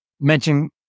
Mention